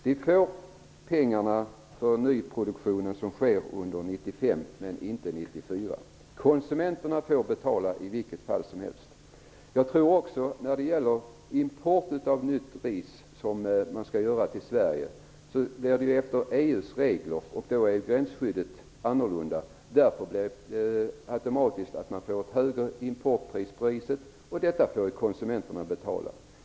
De får pengarna för den nyproduktion som sker under 1995, men de får inte pengar för det som fanns 1994. Konsumenterna får betala i vilket fall som helst. EU:s regler innebär att gränsskyddet är annorlunda. När Sverige skall importera ris med EU:s regler blir det därför automatiskt ett högre importpris på riset. Det får konsumenterna betala.